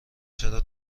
چرا